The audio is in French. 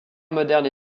modernes